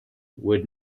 would